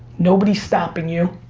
nobody's stopping you,